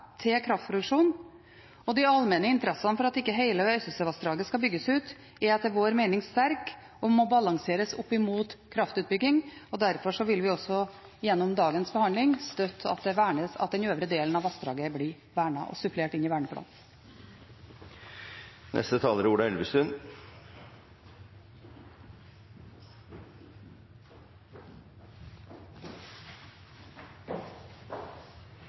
til kraftproduksjon, og de allmenne interessene for at ikke hele Øystesevassdraget skal bygges ut, er etter vår mening sterke og må balanseres opp mot kraftutbygging. Derfor vil vi også gjennom dagens behandling støtte at den øvre delen av vassdraget blir vernet og supplert inn i verneplanen. Vi har en verneplan for vassdrag i Norge. 389 vassdrag er